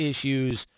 issues